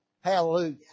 Hallelujah